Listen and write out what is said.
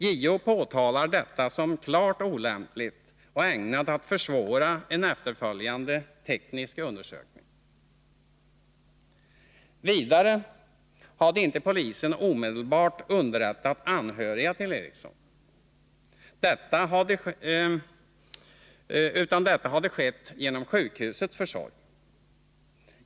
JO påtalar detta som klart olämpligt och ägnat att försvåra en efterföljande teknisk undersökning. Vidare hade inte polisen omedelbart underrättat anhöriga till Eriksson, utan detta hade skett genom sjukhusets försorg.